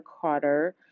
Carter